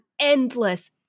endless